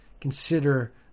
consider